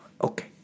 Okay